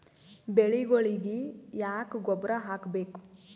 ಬೆಳಿಗೊಳಿಗಿ ಯಾಕ ಗೊಬ್ಬರ ಹಾಕಬೇಕು?